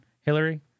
Hillary